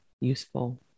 useful